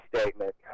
statement